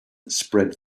spread